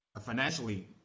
financially